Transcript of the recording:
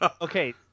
okay